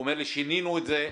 הוא אומר לי, שינינו את זה,